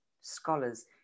scholars